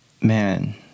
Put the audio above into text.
man